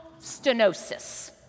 stenosis